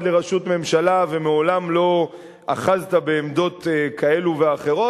לראשות ממשלה ומעולם לא אחזת בעמדות כאלה ואחרות,